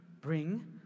bring